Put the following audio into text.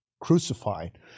crucified